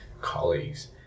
colleagues